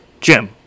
Jim